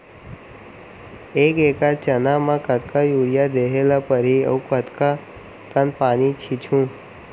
एक एकड़ चना म कतका यूरिया देहे ल परहि अऊ कतका कन पानी छींचहुं?